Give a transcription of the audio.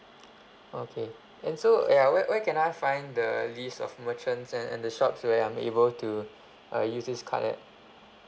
okay and so ya where where can I find the list of merchants and and the shops where I'm able to uh use this card at